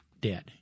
dead